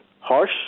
harsh